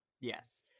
yes